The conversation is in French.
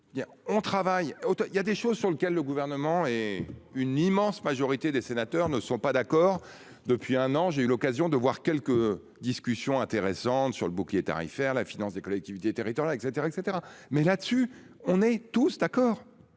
on travaille autant il y a des choses sur lequel le gouvernement et une immense majorité des sénateurs ne sont pas d'accord. Depuis un an, j'ai eu l'occasion de voir quelques discussions intéressantes sur le bouclier tarifaire, la finance des collectivités territoriales et cetera et cetera mais là-dessus, on est tous d'accord.